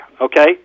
okay